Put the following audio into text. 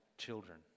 children